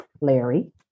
Larry